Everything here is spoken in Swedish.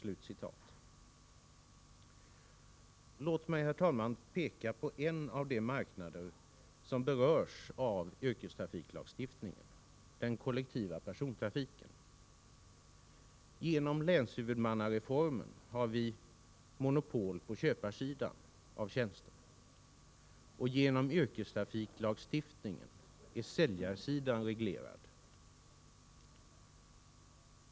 Låt mig, herr talman, peka på en av de marknader som berörs av yrkestrafiklagstiftningen: den kollektiva persontrafiken. Genom länshuvudmannareformen har vi monopol på köparsidan av tjänsterna, och genom yrkestrafiklagstiftningen är säljarsidan reglerad.